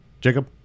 Jacob